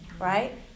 right